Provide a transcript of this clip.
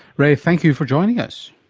ray, thank you for joining us.